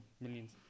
Millions